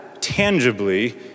tangibly